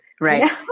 Right